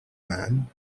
man